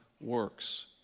works